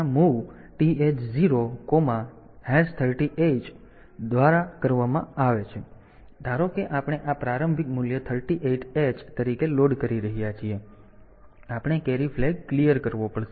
તેથી તે આ સૂચના MOV TH0 38h દ્વારા કરવામાં આવે છે ધારો કે આપણે આ પ્રારંભિક મૂલ્ય 38h તરીકે લોડ કરી રહ્યા છીએ આપણે કેરી ફ્લેગ સાફ કરવો પડશે